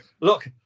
look